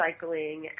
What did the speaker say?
recycling